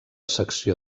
secció